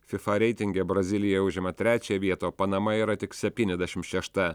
fifa reitinge brazilija užima trečią vietą o panama yra tik septyniasdešimt šešta